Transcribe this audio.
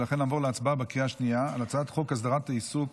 ולכן נעבור להצבעה בקריאה השנייה על הצעת חוק הסדרת העיסוק